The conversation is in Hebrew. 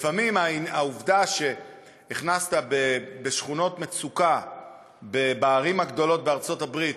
לפעמים העובדה שהכנסת בשכונות מצוקה בערים הגדולות בארצות-הברית